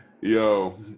Yo